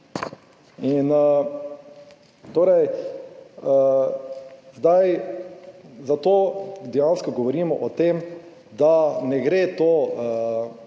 zdaj zato dejansko govorimo o tem, da ne gre to